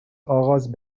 آغاز